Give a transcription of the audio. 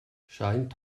scheint